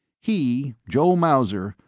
he, joe mauser,